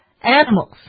animals